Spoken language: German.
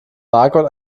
margot